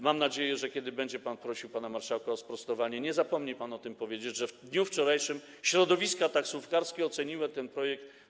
Mam nadzieję, że kiedy będzie pan prosił pana marszałka o możliwość sprostowania, nie zapomni pan powiedzieć, że w dniu wczorajszym środowiska taksówkarskie wysoko oceniły ten projekt.